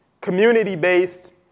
community-based